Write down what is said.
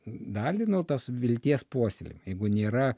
dalį nu tos vilties puoselėjimo jeigu nėra